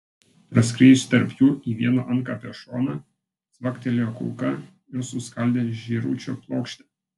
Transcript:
praskriejusi tarp jų į vieno antkapio šoną cvaktelėjo kulka ir suskaldė žėručio plokštę